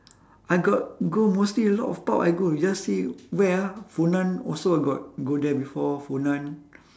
I got go mostly a lot of pub I go you just see where ah funan also I got go there before funan